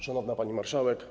Szanowna Pani Marszałek!